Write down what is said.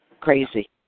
crazy